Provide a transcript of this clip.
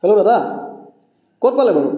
hello দাদা ক'ত পালে বাৰু